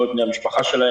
לא את בני המשפחה שלהם,